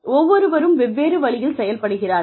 ஒவ்வொருவரும் வெவ்வேறு வழியில் செயல்படுகிறார்கள்